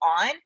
on